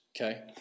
okay